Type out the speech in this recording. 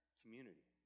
community